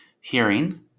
hearing